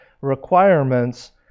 requirements